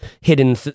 hidden